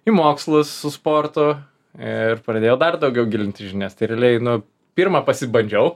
į mokslus su sportu ir pradėjau dar daugiau gilinti žinias tai realiai nu pirma pasibandžiau